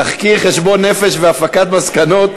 תחקיר, חשבון נפש והפקת מסקנות,